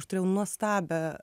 aš turėjau nuostabią